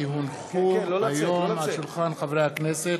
כי הונחו היום על שולחן הכנסת,